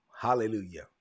Hallelujah